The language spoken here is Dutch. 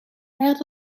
verder